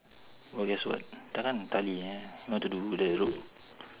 oh guess what kan don't need to do the road